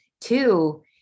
two